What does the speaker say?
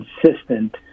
consistent